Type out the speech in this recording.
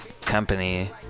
company